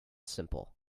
simple